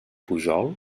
pujol